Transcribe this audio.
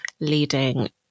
Leading